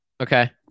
Okay